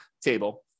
table